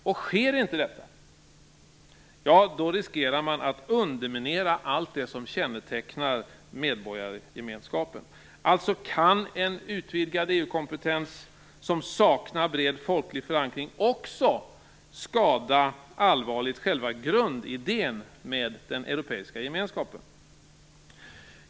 Om inte detta sker riskerar man att underminera allt det som kännetecknar medborgargemenskapen. En utvidgad EU kompetens som saknar bred folklig förankring kan alltså allvarligt skada själva grundidén med den europeiska gemenskapen.